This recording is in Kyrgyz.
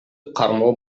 кармоо